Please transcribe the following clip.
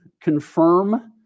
confirm